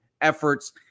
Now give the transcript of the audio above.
efforts